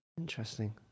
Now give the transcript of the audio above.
Interesting